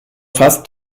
fast